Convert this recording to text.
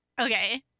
Okay